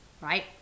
right